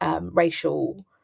racial